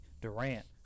Durant